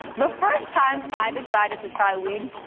the first time i decided to try weed,